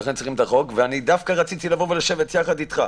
לכן צריכים את החוק רציתי לבוא ולשבת יחד איתך,